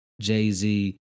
Jay-Z